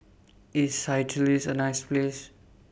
IS Seychelles A nice Place